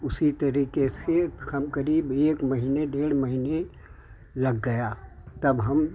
उसी तरीके से हम करीब एक महिने डेढ़ महीने लग गया तब हम